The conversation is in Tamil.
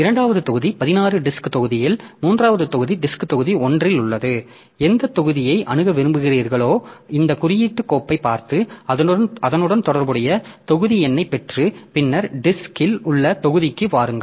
இரண்டாவது தொகுதி 16 டிஸ்க்த் தொகுதியில் மூன்றாவது தொகுதி டிஸ்க் தொகுதி 1 இல் உள்ளது எந்தத் தொகுதியை அணுக விரும்புகிறீர்களோ இந்த குறியீட்டு கோப்பைப் பார்த்து அதனுடன் தொடர்புடைய தொகுதி எண்ணைப் பெற்று பின்னர் டிஸ்க்ல் உள்ள தொகுதிக்கு வாருங்கள்